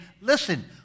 listen